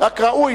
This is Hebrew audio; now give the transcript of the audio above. רק ראוי,